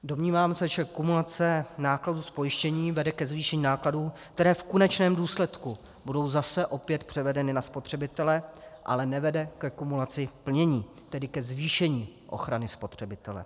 Domnívám se, že kumulace nákladů z pojištění vede ke zvýšení nákladů, které v konečném důsledku budou zase opět převedeny na spotřebitele, ale nevede ke kumulaci plnění, tedy ke zvýšení ochrany spotřebitele.